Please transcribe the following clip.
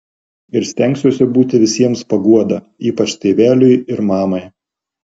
ir stengsiuosi būti visiems paguoda ypač tėveliui ir mamai